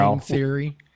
theory